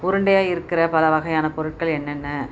உருண்டையாக இருக்கிற பல வகையான பொருட்கள் என்னென்ன